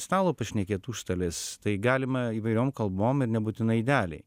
stalo pašnekėt užstalės tai galima įvairiom kalbom ir nebūtinai idealiai